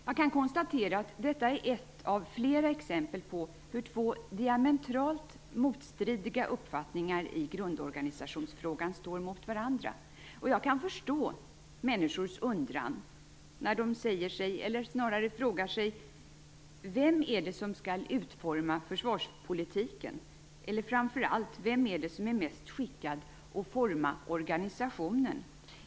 Jag kan konstatera att detta är ett av flera exempel på hur två diametralt motstridiga uppfattningar i grundorganisationsfrågan står mot varandra. Jag kan förstå människors undran när de frågar sig vem det är som skall utforma försvarspolitiken, eller framför allt: Vem är mest skickad att utforma organisationen?